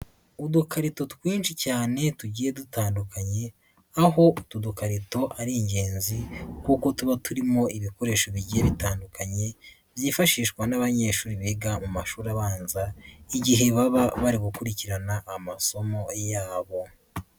Udukarito twinshi cyane tugiye dutandukanye, aho utu dukarito ari ingenzi kuko tuba turimo ibikoresho bigiye bitandukanye byifashishwa n'abanyeshuri biga mu mashuri abanza, igihe baba bari gukurikirana amasomo yabo.